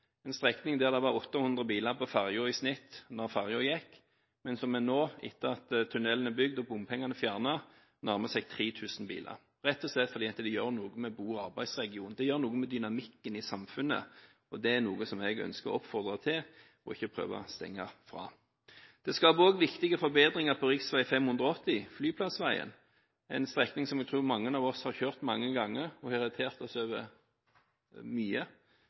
en strekning der det var 800 biler på ferja i snitt da ferja gikk, men der det nå, etter at tunnelen er bygd og bompengene fjernet, nærmer seg 3 000 biler. Det er rett og slett fordi det gjør noe med bo- og arbeidsregionen, og det gjør noe med dynamikken i samfunnet. Det er noe jeg ønsker å oppfordre til og ikke prøve å stenge for. Dette skaper også viktige forbedringer på rv. 580 Flyplassvegen, en strekning som jeg tror mange av oss har kjørt mange ganger, og som har irritert oss mye.